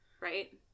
Right